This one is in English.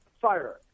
fire